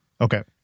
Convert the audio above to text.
Okay